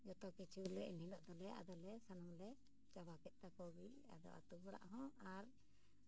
ᱡᱚᱛᱚ ᱠᱤᱪᱷᱩ ᱞᱮ ᱮᱱᱦᱤᱞᱳᱜ ᱫᱚᱞᱮ ᱟᱫᱚᱞᱮ ᱥᱟᱱᱟᱢ ᱞᱮ ᱪᱟᱵᱟ ᱠᱮᱫ ᱛᱟᱠᱚᱜᱮ ᱟᱫᱚ ᱟᱛᱳ ᱦᱚᱲᱟᱜᱼᱦᱚᱸ ᱟᱨ